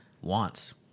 wants